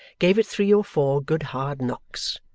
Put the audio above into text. gave it three or four good hard knocks.